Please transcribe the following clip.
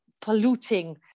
polluting